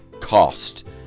cost